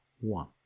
one